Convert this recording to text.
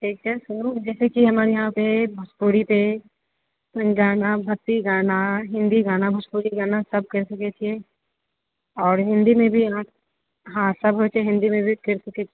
यहाँपर भोजपुरीपर गाना भक्ति गाना हिन्दी गाना भोजपुरी गानासभ करि सकैत छियै आओर हिन्दीमे भी अहाँ हँ सभगोटे हिन्दीमे भी करि सकैत छियै